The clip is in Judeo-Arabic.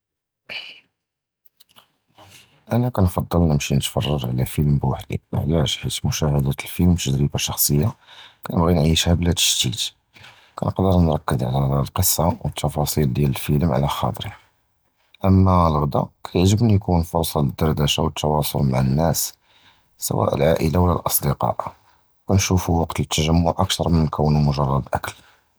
אִנַא קִנְפַדַּל נִמְשִי נִתְפַרְג' לִי פִילְם בּוּחְדִי, עַלַאש? חִית מוּשַהָדַאת אִל-פִילְם תַּגְרִיבָה פְרְסוֹנִיָּה קִנְבְּגִי נִעֵישָה בְּלַא תַּשְתִית, קִנְקַדַּר נִרְכַּז עַלַהָא אִל-קִסָה וְאִל-תַּפְסִיל דִיַּל אִל-פִילְם עַלַהַחְטִי. אוּמָّا אִל-עַזָא קִיְבְּגִי יִקּוּן פְרְסָה לִדְרָשָה וְתִתְעַאמַל מַע אִל-נַּאס סְוַא אִל-עַאִלָה וְלָא אִל-אָסְדִיקָاء, קִנְשּוּפוּ וַקְת לִתְגַ'מְּעוּעַ אַכְתַּר מִן כּוּנוּ מֻג'רָד אָכְל.